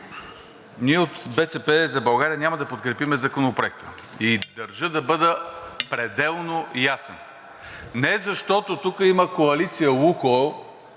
ние от „БСП за България“ няма да подкрепим Законопроекта и държа да бъда пределно ясен – не защото тук има коалиция „Лукойл“